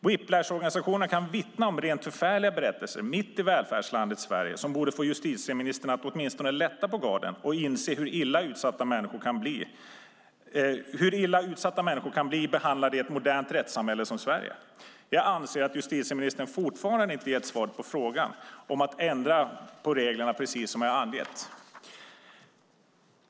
Whiplashorganisationerna kan vittna om rent förfärliga berättelser, mitt i välfärdslandet Sverige, som borde få justitieministern att åtminstone lätta på garden och inse hur illa utsatta människor kan bli behandlade i ett modernt rättssamhälle som Sverige. Jag anser att justitieministern fortfarande inte gett svaret på frågan om att ändra på reglerna precis som jag angett.